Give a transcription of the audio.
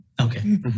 Okay